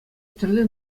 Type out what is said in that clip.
тӗрлӗ